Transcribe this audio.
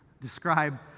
describe